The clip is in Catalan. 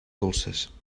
dolces